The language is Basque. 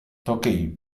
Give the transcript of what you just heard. toki